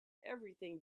everything